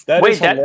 Wait